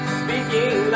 speaking